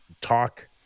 talk